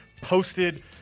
posted